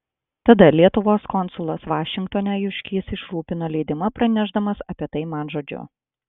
tada lietuvos konsulas vašingtone juškys išrūpino leidimą pranešdamas apie tai man žodžiu